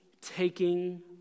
taking